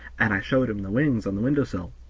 and i showed him the wings on the window sill.